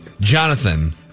Jonathan